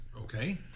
Okay